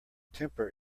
temper